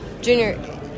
Junior